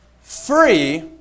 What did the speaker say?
Free